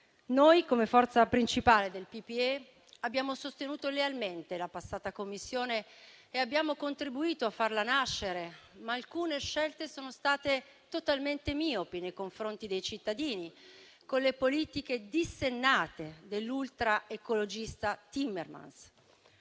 Noi, come forza principale del PPE, abbiamo sostenuto lealmente la passata Commissione e abbiamo contribuito a farla nascere, ma alcune scelte sono state totalmente miopi nei confronti dei cittadini, con le politiche dissennate dell'ultra ecologista Timmermans.